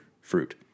fruit